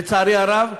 לצערי הרב,